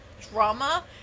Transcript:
drama